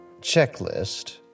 checklist